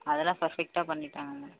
அதெல்லாம் பெர்ஃபெக்ட்டாக பண்ணிவிட்டாங்கங்க